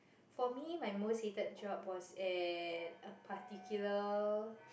for me my most hated job was at a particular